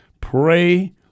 Pray